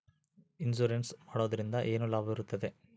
Insurance ಮಾಡೋದ್ರಿಂದ ಏನು ಲಾಭವಿರುತ್ತದೆ?